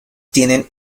tienen